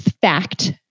fact